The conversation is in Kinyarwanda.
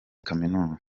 kaminuza